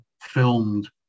filmed